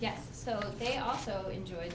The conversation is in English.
yes so they also enjoy